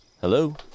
Hello